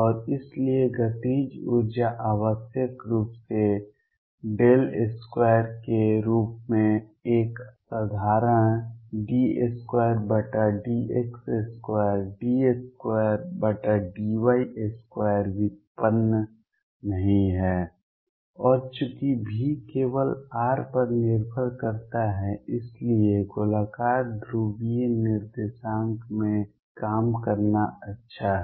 और इसलिए गतिज ऊर्जा आवश्यक रूप से 2 के रूप में एक साधारण d2dx2 d2dy2 व्युत्पन्न नहीं है और चूंकि V केवल r पर निर्भर करता है इसलिए गोलाकार ध्रुवीय निर्देशांक में काम करना अच्छा है